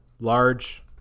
large